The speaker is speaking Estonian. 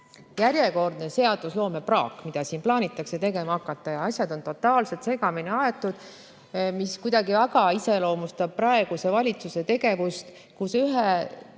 järjekordne seadusloome praak, mida siin plaanitakse tegema hakata, ja asjad on totaalselt segamini aetud. See aga kuidagi iseloomustab praeguse valitsuse tegevust, et ühe